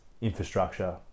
infrastructure